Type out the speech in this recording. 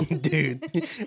dude